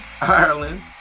Ireland